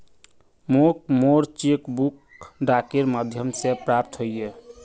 मोक मोर cheque book डाकेर माध्यम से प्राप्त होइए